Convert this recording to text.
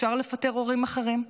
אפשר לפטר הורים אחרים.